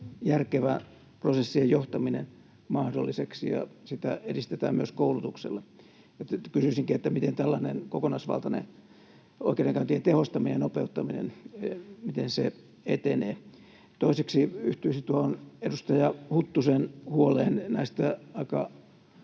järkevä prosessien johtaminen, mahdolliseksi, ja sitä edistetään myös koulutuksella. Kysyisinkin, miten tällainen kokonaisvaltainen oikeudenkäyntien tehostamisen nopeuttaminen etenee? Toiseksi yhtyisin tuohon edustaja Huttusen huoleen näistä aika